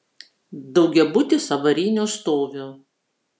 daugiabutis avarinio stovio